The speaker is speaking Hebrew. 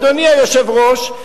אדוני היושב-ראש,